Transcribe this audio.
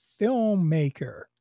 filmmaker